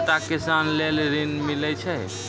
छोटा किसान लेल ॠन मिलय छै?